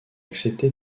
accepté